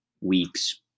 week's